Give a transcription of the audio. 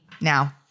now